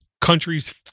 countries